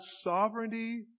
sovereignty